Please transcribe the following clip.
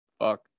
Fuck